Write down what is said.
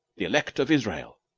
the elect of israel